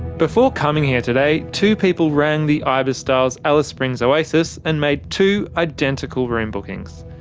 before coming here today, two people rang the ibis styles alice springs oasis and made two, identical room bookings.